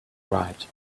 right